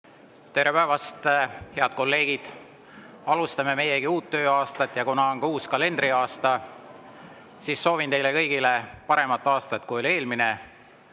Tere päevast, head kolleegid! Alustame meiegi uut tööaastat. Kuna on ka uus kalendriaasta, siis soovin teile kõigile paremat aastat, kui oli eelmine,